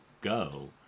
go